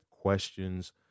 questions